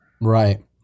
Right